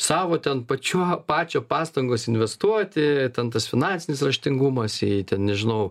savo ten pačiuo pačio pastangos investuoti ten tas finansinis raštingumas ei ten nežinau